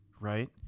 right